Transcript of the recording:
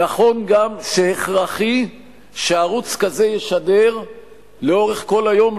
נכון גם שהכרחי שערוץ כזה ישדר לאורך כל היום,